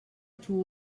tout